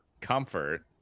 comfort